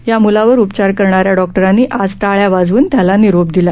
या मुलावर उपचार करणाऱ्या डॉक्टरांनी आज टाळ्या वाजवून त्याला निरोप दिला